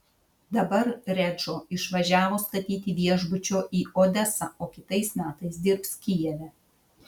dabar redžo išvažiavo statyti viešbučio į odesą o kitais metais dirbs kijeve